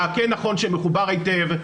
מעקה נכון שמחובר היטב,